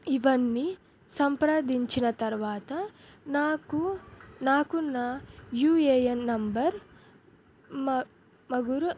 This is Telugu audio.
ఇవన్నీ సంప్రదించిన తర్వాత నాకు నాకు నా యూఏఎన్ నెంబర్ మ మగురు